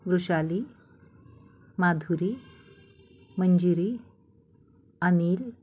Vrushali Madhuri Manjiri Anil